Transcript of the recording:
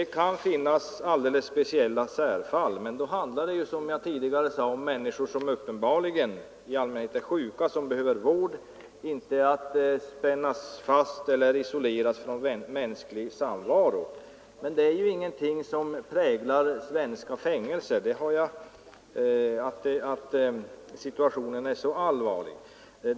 Det kan finnas speciella särfall, men då handlar det — som jag tidigare sade — i allmänhet om människor som uppenbarligen är sjuka och behöver vård, inte spännas fast eller isoleras från mänsklig samvaro. Detta är emellertid ingenting som präglar svenska fängelser — så allvarlig är inte situationen.